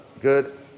good